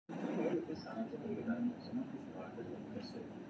जैतूनक फल कें थकुचि कें तेल निकालल जाइ छै